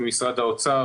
ממשרד האוצר,